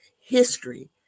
history